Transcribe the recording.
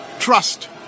Trust